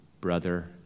brother